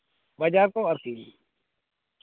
ᱵᱟᱡᱟᱨ ᱠᱚ ᱟᱨᱠᱤ